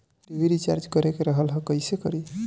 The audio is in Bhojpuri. टी.वी रिचार्ज करे के रहल ह कइसे करी?